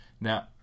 Now